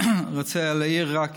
אני רוצה להעיר רק